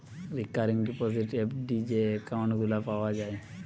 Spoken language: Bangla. রিকারিং ডিপোজিট, এফ.ডি যে একউন্ট গুলা পাওয়া যায়